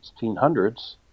1600s